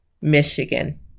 Michigan